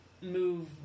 move